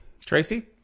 Tracy